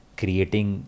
creating